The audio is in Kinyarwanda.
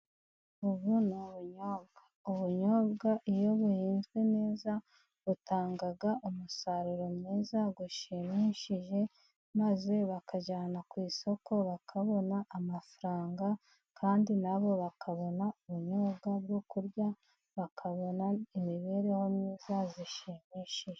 Ubu ni ubunyobwa， ubunyobwa iyo buhinzwe neza， butanga umusaruro mwiza ushimishije， maze bakajyana ku isoko，bakabona amafaranga，kandi nabo bakabona ubunyobwa bwo kurya，bakabona imibereho myiza ishimishije.